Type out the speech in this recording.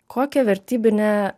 kokią vertybinę